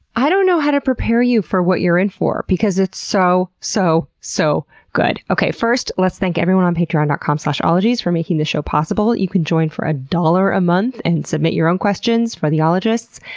i don't know how to prepare you for what you're in for because it's so, so, soooo so good. first, let's thank everyone on patreon dot com slash ologies for making this show possible. you can join for a dollar a month and submit your own questions for the ologists.